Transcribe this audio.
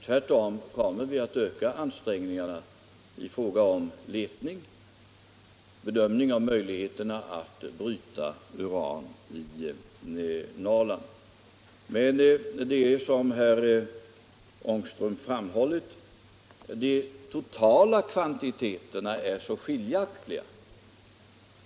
Tvärtom kommer vi att öka ansträngningarna i fråga om uranletning och i fråga om bedömning av möjligheterna att bryta uran i Norrland. Men de totala kvantiteterna är, som herr Ångström framhållit, mycket skiljaktiga.